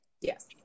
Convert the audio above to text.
yes